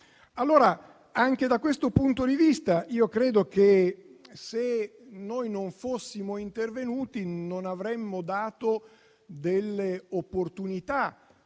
il TFA. Anche da questo punto di vista, credo che, se non fossimo intervenuti, non avremmo dato l'opportunità